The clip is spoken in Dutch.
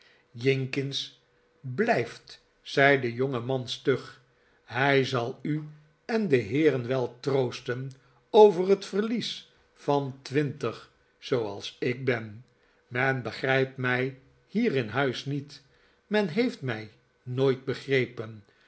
jinkins blijft zei de jongeman stug hij zal u en de heeren wel troosten over het verlies van twintig zooals ik ben men begrijpt mij hier in huis niet men heeft mij nooit begrepen